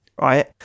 right